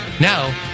Now